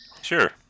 Sure